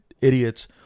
idiots